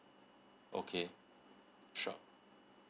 okay sure